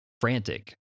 frantic